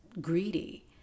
greedy